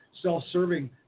self-serving